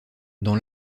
dans